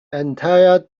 entire